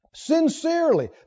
sincerely